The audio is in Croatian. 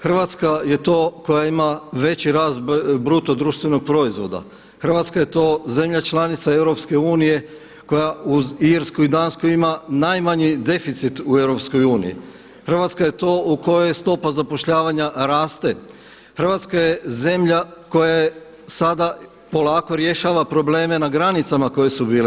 Hrvatska je to koja ima veći rast bruto društvenog proizvoda, Hrvatska je to zemlja članica EU koja uz Irsku i Dansku ima najmanji deficit, Hrvatska je to u kojoj stopa zapošljavanja raste, Hrvatska je zemlja koja sada polako rješava probleme na granicama koje su bile.